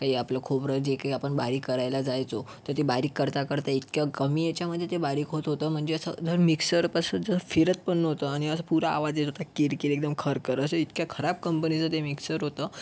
काही आपलं खोबरं जे काही आपण बारीक करायला जायचो तर ते बारीक करता करता इतक्या कमी याच्यामध्ये ते बारीक होत होतं म्हणजे असं जर मिक्सर कसं जर फिरत पण नव्हतं आणि असा पुरा आवाज येत होता कीरकीर एकदम खरखर असं इतक्या खराब कंपनीचं ते मिक्सर होतं